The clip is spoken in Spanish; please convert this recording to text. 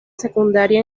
secundaria